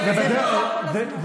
350 שאילתות, 350 שאילתות.